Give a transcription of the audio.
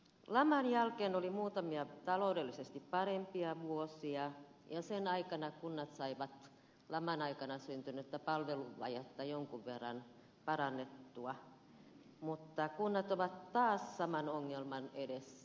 laman jälkeen oli muutamia taloudellisesti parempia vuosia ja niiden aikana kunnat saivat laman aikana syntynyttä palveluvajetta jonkin verran parannettua mutta kunnat ovat taas saman ongelman edessä